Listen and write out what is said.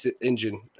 engine